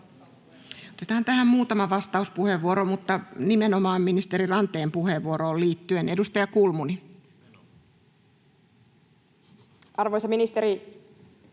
Otetaan tähän muutama vastauspuheenvuoro, mutta nimenomaan ministerin Ranteen puheenvuoroon liittyen. — Edustaja Kulmuni. [Speech